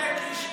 איזה קשקוש.